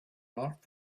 not